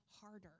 harder